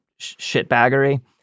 shitbaggery